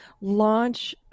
launch